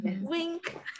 wink